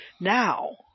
Now